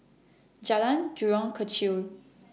Jalan Jurong Kechil